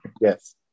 Yes